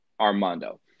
Armando